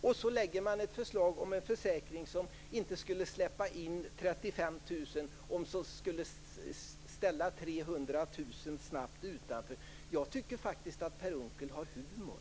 Sedan lägger Moderaterna fram ett förslag om en försäkring som inte skulle släppa in 35 000, och som snabbt skulle ställa 300 000 utanför. Jag tycker faktiskt att Per Unckel har humor.